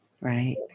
Right